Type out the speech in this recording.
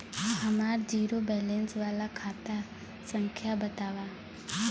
हमार zero balance वाला खाता संख्या वतावा?